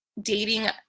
dating